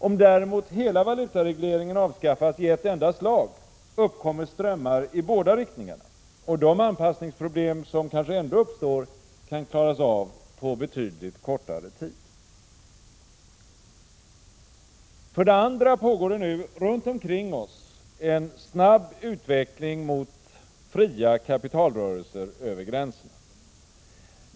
Om däremot hela valutaregleringen avskaffas i ett enda slag, uppkommer strömmar i båda riktningarna, och de anpassningsproblem som kanske ändå uppstår kan klaras av på betydligt kortare tid. För det andra pågår det nu runt omkring oss en snabb utveckling mot fria kapitalrörelser över gränserna.